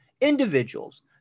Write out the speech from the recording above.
individuals